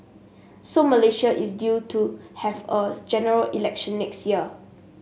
so Malaysia is due to have a General Election next year